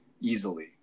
easily